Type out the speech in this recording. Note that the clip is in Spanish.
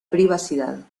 privacidad